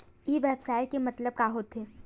ई व्यवसाय के मतलब का होथे?